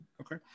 Okay